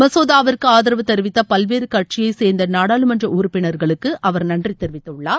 மசோதாவிற்கு ஆதரவு தெரிவித்த பல்வேறு கட்சியை சேர்ந்த நாடாளுமன்ற உறுப்பினர்களுக்கு அவர் நன்ற தெரிவித்துள்ளார்